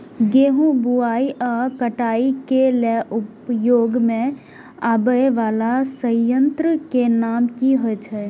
गेहूं बुआई आ काटय केय लेल उपयोग में आबेय वाला संयंत्र के नाम की होय छल?